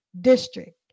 district